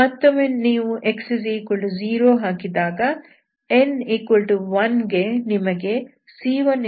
ಮತ್ತೊಮ್ಮೆ ನೀವು x0 ಹಾಕಿದಾಗ n1 ಗೆ ನಿಮಗೆ c10 ಸಿಗುತ್ತದೆ